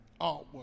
artwork